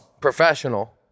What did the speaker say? professional